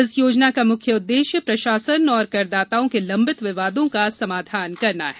इस योजना का मुख्य उद्देश्य प्रशासन और करदाताओं के लंबित विवादों का समाधान करना है